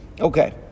Okay